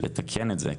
לתקן את זה.